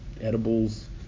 edibles